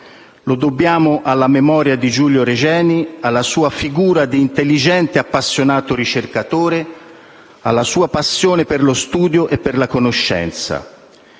Lo dobbiamo alla memoria di Giulio Regeni, alla sua figura di intelligente e appassionato ricercatore, alla sua passione per lo studio e per la conoscenza.